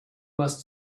must